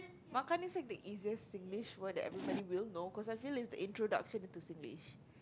makan is like the easiest Singlish word that everybody will know cause I feel its the introduction into Singlish